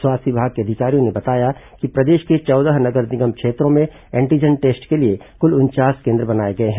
स्वास्थ्य विभाग के अधिकारियों ने बताया कि प्रदेश के चौदह नगर निगम क्षेत्रों में एंटीजन टेस्ट के लिए कुल उनचास केन्द्र बनाए गए हैं